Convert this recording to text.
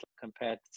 compared